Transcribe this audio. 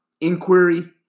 inquiry